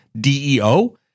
DEO